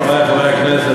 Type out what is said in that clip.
חברי חברי הכנסת,